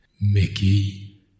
Mickey